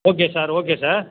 okay sir okay sir